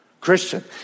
Christian